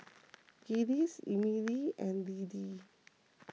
Giles Emilee and Lidie